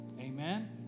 Amen